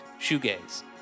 shoegaze